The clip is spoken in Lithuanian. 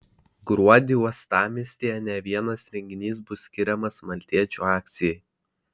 gruodį uostamiestyje ne vienas renginys bus skiriamas maltiečių akcijai